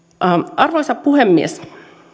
arvoisa puhemies